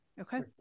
Okay